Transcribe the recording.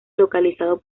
localizado